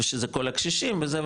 ושזה כל הקשישים וזה,